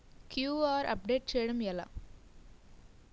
QR update చేయడం ఎలా?